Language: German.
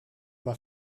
war